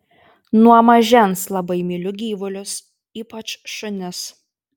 nuo mažens labai myliu gyvulius ypač šunis